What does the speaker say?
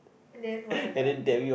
and then what happen